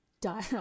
Die